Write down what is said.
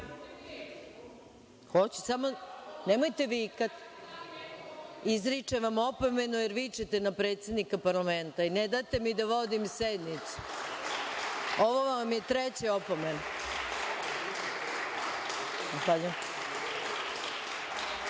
nemojte vikati. Izričem vam opomenu, jer vičete na predsednika parlamenta i ne date mi da vodim sednicu. Ovo vam je treća opomena. Hvala,